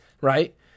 right